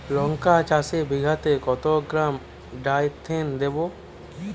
লঙ্কা চাষে বিঘাতে কত গ্রাম ডাইথেন দেবো?